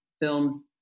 films